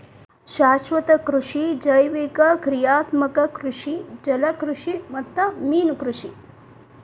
ಶಾಶ್ವತ ಕೃಷಿ ಜೈವಿಕ ಕ್ರಿಯಾತ್ಮಕ ಕೃಷಿ ಜಲಕೃಷಿ ಮತ್ತ ಮೇನುಕೃಷಿ